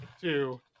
two